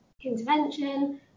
intervention